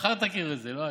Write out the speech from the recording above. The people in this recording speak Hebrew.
מחר תכיר את זה, לא היום.